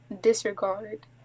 disregard